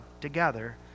together